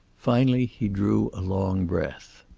finally he drew a long breath.